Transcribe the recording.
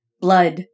blood